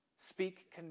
speak